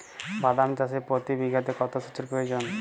বাদাম চাষে প্রতি বিঘাতে কত সেচের প্রয়োজন?